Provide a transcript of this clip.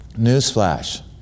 Newsflash